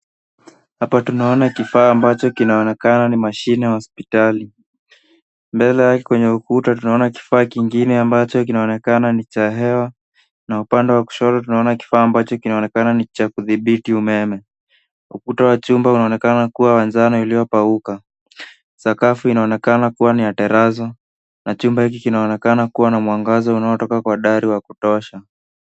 Hapa tunaona kifaa ambacho kinaonekana kama mashine wa hospitali. Mbele yake kwenye ukuta tunaona kifaa kingine ambacho kinaonekana ni cha hewa na upande wa kushoto tunaona kifaa ambacho ni cha kudhibiti umeme. Ukuta wa chumba unaonekana kuwa wa njano uliopauka. Sakafu inaonekana kuwa ni ya terazo na chumba hiki kinaonekana kuwa na mwangaza unaotoka kwa dari wa kutosha.